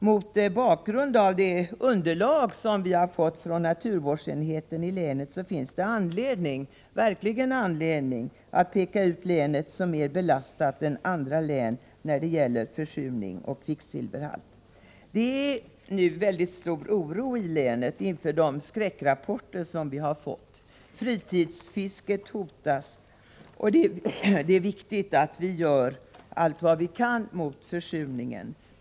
Mot bakgrund av det underlag som vi fått fram från naturvårdsenheten i länet finns det verkligen anledning att peka ut länet som mer belastat än andra län när det gäller försurning och kvicksilverhalt. Det råder nu stor oro i länet inför de skräckrapporter som vi fått. Fritidsfisket hotas, och det är viktigt att vi gör allt vad vi kan mot försurningen.